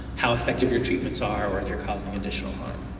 how effective your treatments are or if you're causing additional